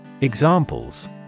Examples